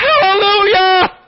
Hallelujah